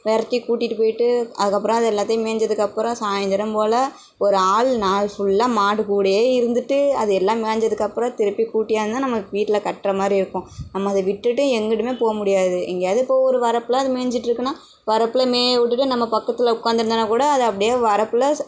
விரட்டி கூட்டிட்டு போய்ட்டு அதுக்கப்புறம் அது எல்லாத்தையும் மேஞ்சதுக்கப்புறம் சாயந்தரம் போல் ஒரு ஆள் நாள் ஃபுல்லாக மாடு கூட இருந்துட்டு அது எல்லாம் மேஞ்சதுக்கப்புறம் திருப்பி கூட்டியாந்து நமக்கு வீட்டில கட்டுறமாரி இருக்கும் நம்ம அதை விட்டுட்டு எங்குட்டுமே போக முடியாது எங்கேயாவது இப்போ ஒரு வரப்பில் அது மேஞ்சுட்ருக்குதுன்னா வரப்பில் மேயவிட்டுட்டு நம்ம பக்கத்தில் உட்காந்துருந்தோன்னா கூட அது அப்படே வரப்பில்